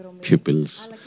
pupils